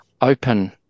open